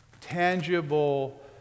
tangible